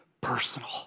Personal